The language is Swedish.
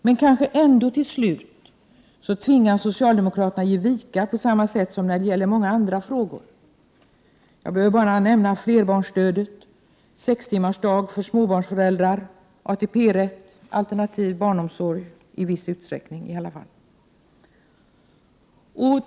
Men kanske ändå till slut socialdemokraterna tvingas ge vika på samma sätt som när det gäller många andra frågor. Jag behöver bara nämna flerbarnsstödet, sextimmarsdag för småbarnsföräldrar, ATP-rätt eller alternativ barnomsorg — i varje fall i viss utsträckning.